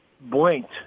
blinked